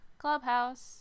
Clubhouse